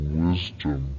wisdom